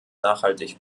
nachhaltig